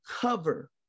cover